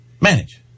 manage